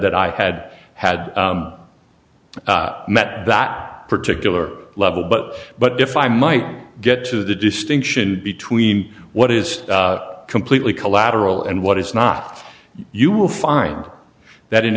that i had had met that particular level but but if i might get to the distinction between what is completely collateral and what is not you will find that in